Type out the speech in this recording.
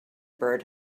bird